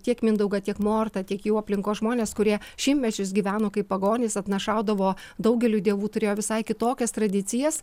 tiek mindaugą tiek mortą tik jų aplinkos žmonės kurie šimtmečius gyveno kaip pagonys atnašaudavo daugeliui dievų turėjo visai kitokias tradicijas